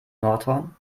nordhorn